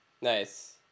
Nice